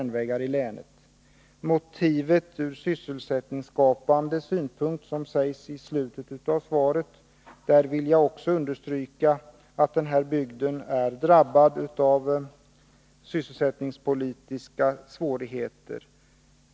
När det gäller sysselsättningsskapande åtgärder, som det talas om i slutet av svaret, vill jag understryka att den här bygden är drabbad av svårigheter sysselsättningspolitiskt sett.